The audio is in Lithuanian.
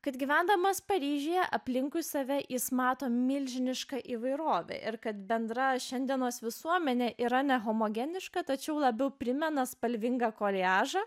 kad gyvendamas paryžiuje aplinkui save jis mato milžinišką įvairovę ir kad bendra šiandienos visuomenė yra nehomogeniška tačiau labiau primena spalvingą koliažą